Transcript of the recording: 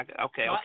okay